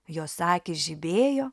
jos akys žibėjo